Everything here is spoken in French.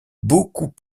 beaucoup